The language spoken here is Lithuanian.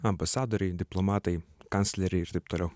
ambasadoriai diplomatai kancleriai ir taip toliau